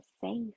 safe